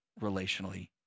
relationally